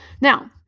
Now